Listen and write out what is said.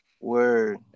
Word